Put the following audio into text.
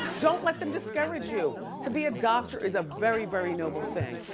don't let them discourage you. to be a doctor is a very, very noble thing.